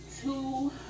two